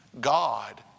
God